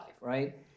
right